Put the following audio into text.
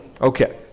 Okay